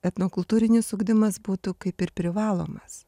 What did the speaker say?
etnokultūrinis ugdymas būtų kaip ir privalomas